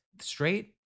straight